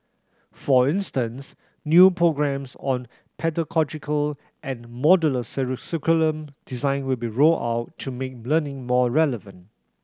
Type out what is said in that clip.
for instance new programmes on pedagogical and modular curriculum design will be rolled out to make learning more relevant